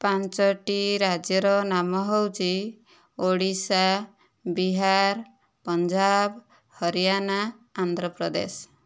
ପାଞ୍ଚଟି ରାଜ୍ୟର ନାମ ହେଉଛି ଓଡ଼ିଶା ବିହାର ପଞ୍ଜାବ ହରିଆଣା ଆନ୍ଧ୍ରପ୍ରଦେଶ